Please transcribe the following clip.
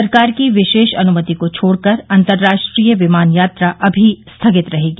सरकार की विशेष अनुमति को छोडकर अंतर्राष्ट्रीय विमान यात्रा अभी स्थगित रहेगी